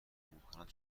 نمیکنند